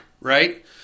right